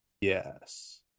Yes